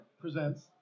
Presents